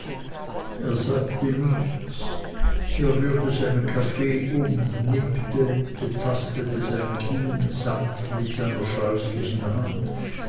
er sagte gar nichts er rührte seinen kaffee um nippte betastete sein kinn sanft mit seiner scheußlichen hand